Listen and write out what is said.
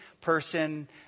person